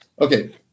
Okay